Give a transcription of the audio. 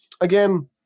Again